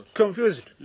confused